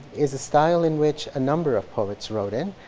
is a style in which a number of poets wrote in.